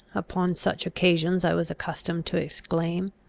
upon such occasions i was accustomed to exclaim,